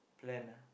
plan ah